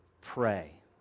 pray